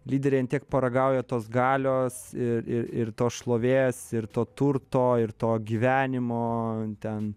lyderiai ant tiek paragauja tos galios ir ir tos šlovės ir to turto ir to gyvenimo ten